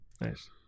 Nice